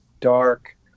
dark